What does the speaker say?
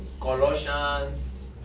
Colossians